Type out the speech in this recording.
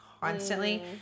constantly